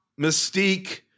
Mystique